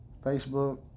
Facebook